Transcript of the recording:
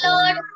Lord